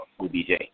UBJ